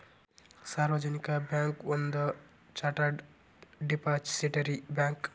ಸಾರ್ವಜನಿಕ ಬ್ಯಾಂಕ್ ಒಂದ chartered depository bank